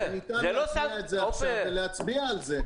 ניתן להטמיע את זה עכשיו ולהצביע על זה.